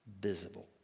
visible